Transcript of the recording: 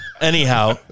Anyhow